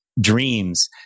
dreams